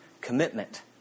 commitment